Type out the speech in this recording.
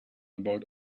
about